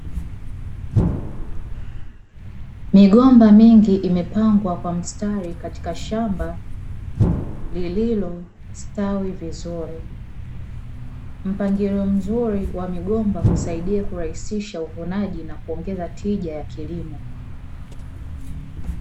Migomba mingi imepangwa kwa mstari katika shamba lililostawi vizuri. Mpangilio mzuri wa migomba husaidia kurahisisha uvunaji na kuongeza tija ya kilimo.